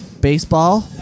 Baseball